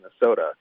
Minnesota